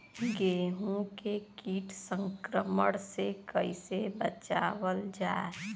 गेहूँ के कीट संक्रमण से कइसे बचावल जा?